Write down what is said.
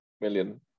million